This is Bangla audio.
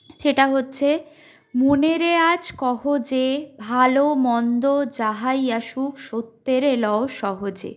সেটা হচ্ছে মনেরে আজ কহ যে ভালো মন্দ যাহাই আসুক সত্যেরে লও সহজে